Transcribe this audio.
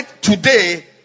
today